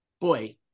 boy